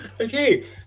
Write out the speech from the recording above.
okay